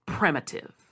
Primitive